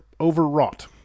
overwrought